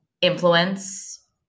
influence